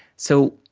so,